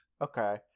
Okay